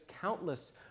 countless